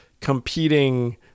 competing